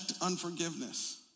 unforgiveness